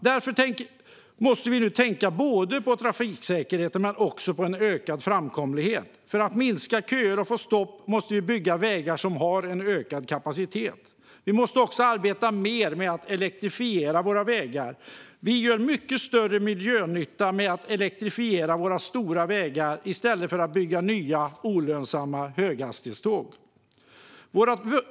Därför måste vi nu tänka på både trafiksäkerheten och en ökad framkomlighet. För att minska köer och få färre stopp i trafiken måste vägar med ökad kapacitet byggas. Arbetet med att elektrifiera våra vägar måste öka. Det innebär mycket större miljönytta att elektrifiera våra stora vägar i stället för att bygga nya olönsamma höghastighetståg.